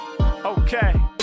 Okay